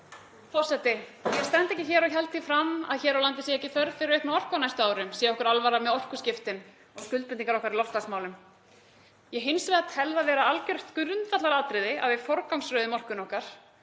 Forseti. Ég stend ekki hér og held því fram að hér á landi sé ekki þörf fyrir aukna orku á næstu árum sé okkur einhver alvara með orkuskiptin og skuldbindingar okkar í loftslagsmálum. Ég tel hins vegar það vera algjört grundvallaratriði að við forgangsröðum orkunni okkar.